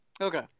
Okay